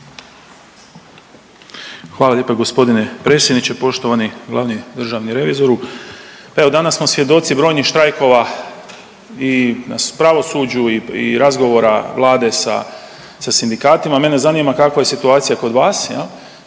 Hvala lijepa g. predsjedniče. Poštovani glavni državni revizoru, evo danas smo svjedoci brojnih štrajkova i u pravosuđu i razgovora Vlade sa, sa sindikatima, meni zanima kakva je situacija kod vas